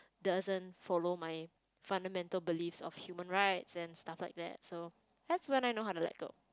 doesn't follow my fundamental beliefs of human right and stuff like that so that's when I know how to let go